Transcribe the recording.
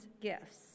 gifts